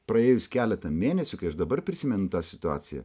praėjus keletą mėnesių kai aš dabar prisimenu tą situaciją